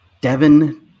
Devin